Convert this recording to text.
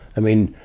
i mean,